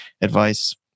advice